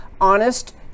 honest